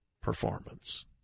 performance